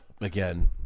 again